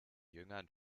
jüngern